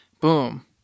Boom